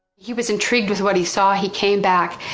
he was intrigued with what he saw, he came back.